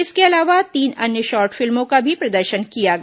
इसके अलावा तीन अन्य शार्ट फिल्मों का भी प्रदर्शन किया गया